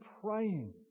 praying